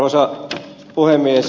arvoisa puhemies